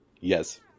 Yes